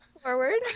Forward